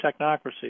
technocracy